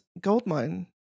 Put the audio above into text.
Goldmine